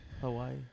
Hawaii